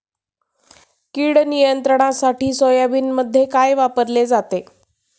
कीड नियंत्रणासाठी सोयाबीनमध्ये काय वापरले जाते?